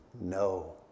No